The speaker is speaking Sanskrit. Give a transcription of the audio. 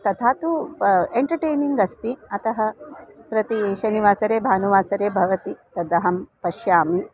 तथा तु एन्टर्टेनिङ्ग् अस्ति अतः प्रति शनिवासरे भानुवासरे भवति तद् अहं पश्यामि